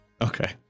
Okay